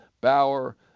Bauer